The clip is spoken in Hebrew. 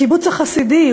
הקיבוץ החסידי,